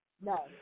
No